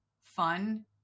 fun